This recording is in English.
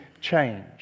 change